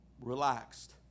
relaxed